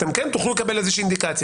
אתם כן תוכלו לקבל איזושהי אינדיקציה.